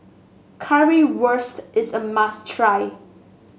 currywurst is a must try